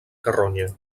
carronya